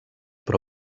però